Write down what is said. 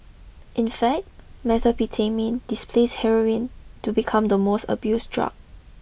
in fact Methamphetamine displaced Heroin to become the most abused drug